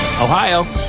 Ohio